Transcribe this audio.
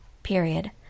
Period